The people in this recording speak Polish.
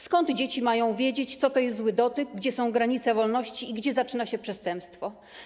Skąd dzieci mają wiedzieć, co to jest zły dotyk, gdzie są granice wolności i gdzie zaczyna się przestępstwo?